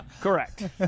Correct